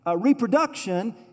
reproduction